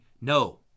no